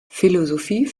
philosophie